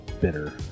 bitter